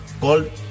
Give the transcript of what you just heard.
called